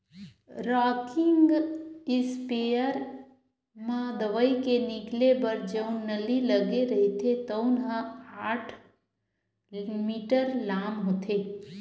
rocking sprayer म दवई के निकले बर जउन नली लगे रहिथे तउन ह आठ मीटर लाम होथे